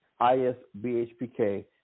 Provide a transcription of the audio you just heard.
ISBHPK